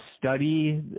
study